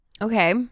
Okay